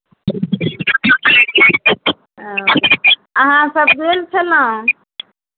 अहाँसभ गेल छलहुँ